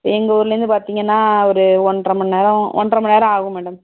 எங்கள் ஊரிலேருந்து பார்த்தீங்கன்னா ஒரு ஒன்றரை மணி நேரம் ஒன்றரை மணி நேரம் ஆகும் மேடம்